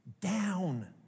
down